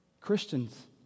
Christians